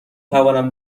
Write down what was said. توانم